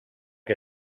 que